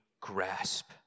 grasp